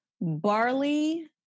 Barley